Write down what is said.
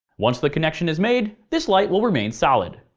once the connection is made, this light will remain solid.